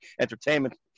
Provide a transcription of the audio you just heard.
entertainment